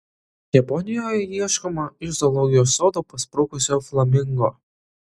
japonijoje ieškoma iš zoologijos sodo pasprukusio flamingo